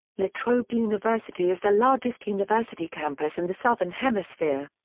latrobe university is the largest university campus in the southern hemisphere.